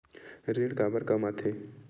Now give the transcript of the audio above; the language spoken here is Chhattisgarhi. ऋण काबर कम आथे?